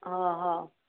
অ' অ'